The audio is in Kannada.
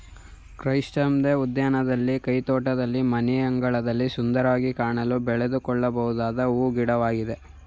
ಕ್ರೈಸಂಥೆಂ ಉದ್ಯಾನವನದಲ್ಲಿ, ಕೈತೋಟದಲ್ಲಿ, ಮನೆಯಂಗಳದಲ್ಲಿ ಸುಂದರವಾಗಿ ಕಾಣಲು ಬೆಳೆದುಕೊಳ್ಳಬೊದಾದ ಹೂ ಗಿಡವಾಗಿದೆ